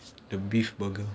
the beef burger